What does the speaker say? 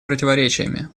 противоречиями